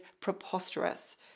preposterous